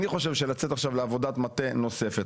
אני חושב שלצאת עכשיו לעבודת מטה נוספת,